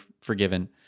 forgiven